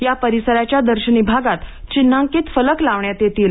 या परिसराच्या दर्शनी भागात चिन्हांकित फलक लावण्यात येतील